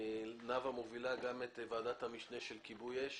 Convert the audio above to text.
חברת הכנסת נאוה בוקר מובילה גם את ועדת המשנה של כיבוי אש